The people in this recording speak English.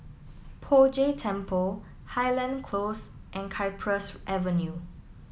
Poh Jay Temple Highland Close and Cypress Avenue